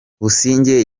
busingye